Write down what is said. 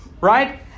Right